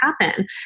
happen